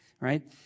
right